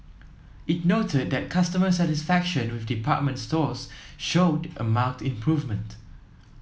it noted that customer satisfaction with department stores showed a marked improvement